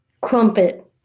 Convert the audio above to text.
Crumpet